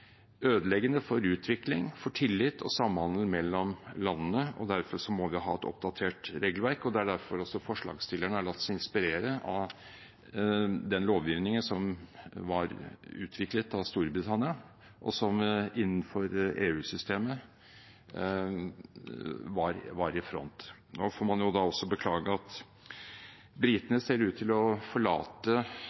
derfor også forslagsstillerne har latt seg inspirere av den lovgivningen som var utviklet av Storbritannia, og som innenfor EU-systemet var i front. Så får man da beklage at britene ser ut til å forlate